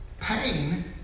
Pain